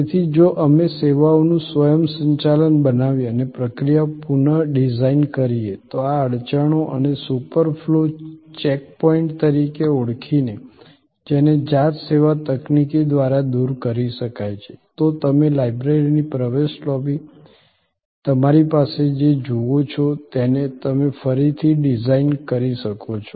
તેથી જો અમે સેવાઓનું સ્વયંસંચાલન બનાવીએ અને પ્રક્રિયા પુનઃડિઝાઈન કરીએ તો આ અડચણો અને સુપર ફ્લો ચેક પોઈન્ટ તરીકે ઓળખીને જેને જાત સેવા તકનીકી દ્વારા દૂર કરી શકાય છે તો તમે લાઈબ્રેરીની પ્રવેશ લોબી તમારી સામે જે જુઓ છો તેને તમે ફરીથી ડિઝાઈન કરી શકો છો